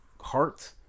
heart